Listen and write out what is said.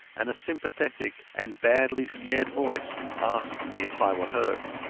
and a sympathetic and badly scared voice asked me if i were hurt.